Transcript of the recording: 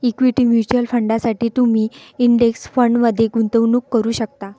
equity mutual फंडांसाठी तुम्ही index फंडमध्ये गुंतवणूक करू शकता